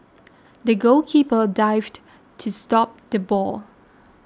the goalkeeper dived to stop the ball